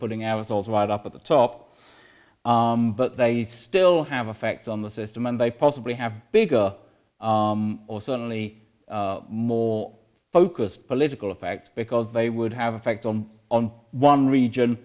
putting ourselves wired up at the top but they still have effect on the system and they possibly have bigger or certainly more focused political effects because they would have effect on on one region